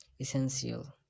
essential